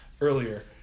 earlier